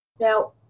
Now